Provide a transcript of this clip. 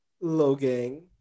Logan